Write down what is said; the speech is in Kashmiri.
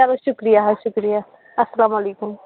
چلو شُکریہ حظ شُکریہ اسلام علیکُم